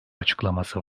açıklaması